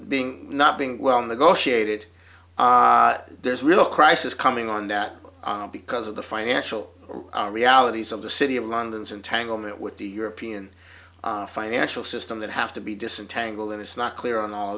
being not being well negotiated there's a real crisis coming on that because of the financial realities of the city of london's entanglement with the european financial system that have to be disentangled and it's not clear on all